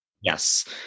Yes